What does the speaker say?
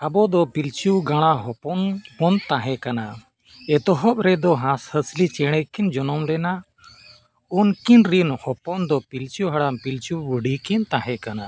ᱟᱵᱚ ᱫᱚ ᱯᱤᱞᱪᱩ ᱜᱟᱬᱟ ᱦᱚᱯᱚᱱ ᱵᱚᱱ ᱛᱟᱦᱮᱸ ᱠᱟᱱᱟ ᱮᱛᱚᱦᱚᱵ ᱨᱮᱫᱚ ᱦᱟᱸᱥ ᱦᱟᱸᱥᱞᱤ ᱪᱮᱬᱮ ᱠᱤᱱ ᱡᱚᱱᱚᱢ ᱞᱮᱱᱟ ᱩᱱᱠᱤᱱ ᱨᱤᱱ ᱦᱚᱯᱚᱱ ᱫᱚ ᱯᱤᱞᱪᱩ ᱦᱟᱲᱟᱢ ᱯᱤᱞᱪᱩ ᱵᱩᱰᱷᱤ ᱠᱤᱱ ᱛᱟᱦᱮᱸ ᱠᱟᱱᱟ